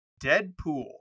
Deadpool